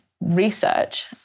research